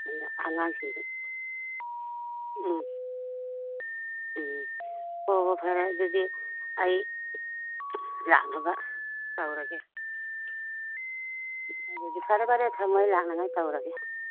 ꯑꯗꯨꯅ ꯑꯉꯥꯡꯁꯤꯡꯗꯨ ꯎꯝ ꯎꯝ ꯑꯣ ꯑꯣ ꯐꯔꯦ ꯑꯗꯨꯗꯤ ꯑꯩ ꯂꯥꯛꯅꯕ ꯇꯧꯔꯒꯦ ꯑꯗꯨꯗꯤ ꯐꯔꯦ ꯐꯔꯦ ꯊꯝꯃꯒꯦ ꯂꯥꯛꯅꯉꯥꯏ ꯇꯧꯔꯒꯦ